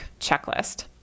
checklist